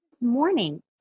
Morning